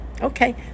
Okay